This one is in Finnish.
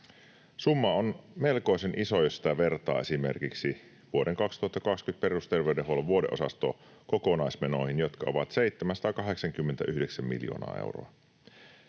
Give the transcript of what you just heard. Summa on melkoisen iso, jos sitä vertaa esimerkiksi vuoden 2020 perusterveydenhuollon vuodeosaston kokonaismenoihin, jotka ovat 789 miljoonaa euroa.